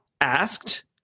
asked